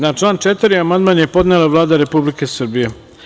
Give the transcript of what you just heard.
Na član 4. amandman je podnela Vlada Republike Srbije.